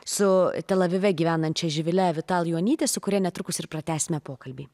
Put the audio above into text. su telavive gyvenančia živile avital juonyte su kuria netrukus ir pratęsime pokalbį